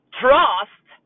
trust